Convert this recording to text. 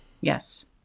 Yes